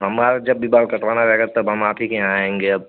हमारा जब भी बाल कटवाना रहेगा तब हम आप ही के यहाँ आएँगे अब